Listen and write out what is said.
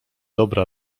dobre